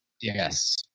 yes